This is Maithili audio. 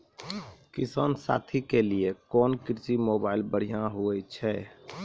किसान साथी के लिए कोन कृषि मोबाइल बढ़िया होय छै?